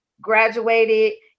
graduated